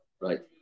right